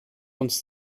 uns